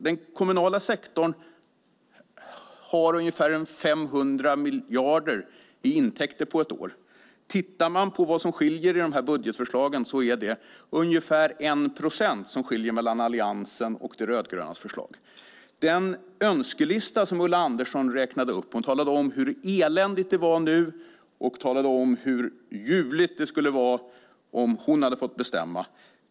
Den kommunala sektorn har ungefär 500 miljarder i intäkter på ett år, och det som skiljer mellan Alliansens och De rödgrönas budgetförslag är ungefär 1 procent. Ulla Andersson läste upp en önskelista. Hon talade om hur eländigt det är nu och hur ljuvligt det skulle vara om hon hade fått bestämma.